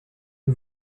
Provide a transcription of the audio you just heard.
que